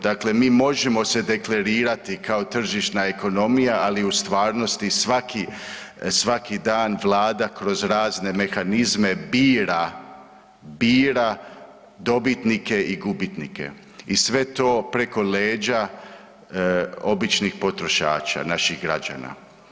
Dakle, mi možemo se deklarirati kao tržišna ekonomija ali u stvarnosti svaki, svaki dan Vlada kroz razne mehanizme bira, bira dobitnike i gubitnike i sve to preko leđa običnih potrošača, naših građana.